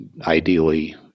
ideally